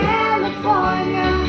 California